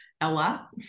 Ella